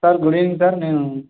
sir good evening sir నేను